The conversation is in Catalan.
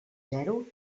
zero